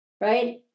right